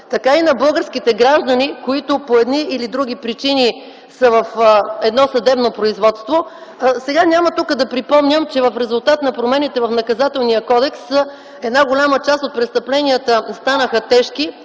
така и на българските граждани, които по едни или други причини са в едно съдебно производство. Тук няма да припомням, че в резултат на промените в Наказателния кодекс една голяма част от престъпленията останаха тежки,